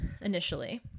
initially